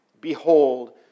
Behold